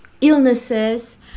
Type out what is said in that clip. illnesses